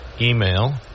email